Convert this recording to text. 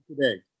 today